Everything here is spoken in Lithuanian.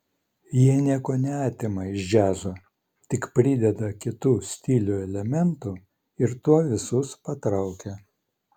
jie nieko neatima iš džiazo tik prideda kitų stilių elementų ir tuo visus patraukia